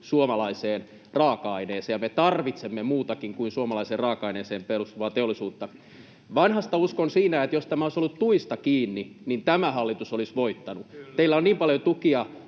suomalaiseen raaka-aineeseen, ja me tarvitsemme muutakin kuin suomalaiseen raaka-aineeseen perustuvaa teollisuutta. Vanhasta uskon siinä, että jos tämä olisi ollut tuista kiinni, niin tämä hallitus olisi voittanut. [Eduskunnasta: